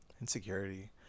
insecurity